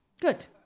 Good